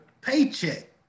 paycheck